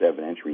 evidentiary